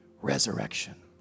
resurrection